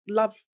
love